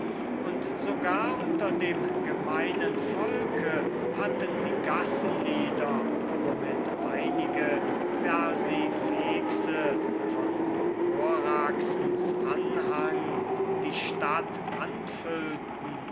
und sogar unter dem gemeinen volke hatten die gassenlieder womit einige versifexe von koraxens anhang die stadt angefüllt